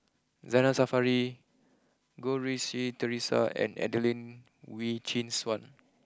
Zainal Sapari Goh Rui Si Theresa and Adelene Wee Chin Suan